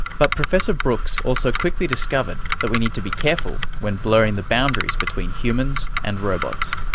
but professor brooks also quickly discovered that we need to be careful when blurring the boundaries between humans and robots.